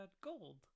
gold